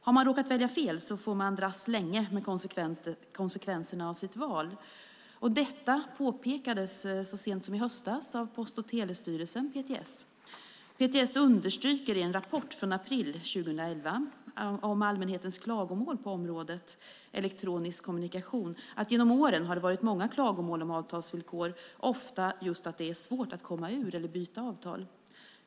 Har man råkat välja fel får man dras länge med konsekvenserna av sitt val. Detta påpekades så sent som i höstas av Post och telestyrelsen, PTS. PTS understryker i en rapport från april 2011 om allmänhetens klagomål på området elektronisk kommunikation att det genom åren har varit många klagomål om avtalsvillkor, ofta just att det har varit svårt att komma ur eller byta avtal.